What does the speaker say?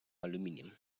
aluminium